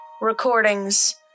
recordings